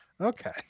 Okay